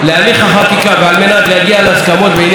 ועל מנת להגיע להסכמות בענייו הצעת החוק,